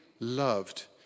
loved